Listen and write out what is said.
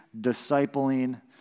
discipling